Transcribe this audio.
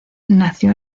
nació